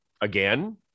again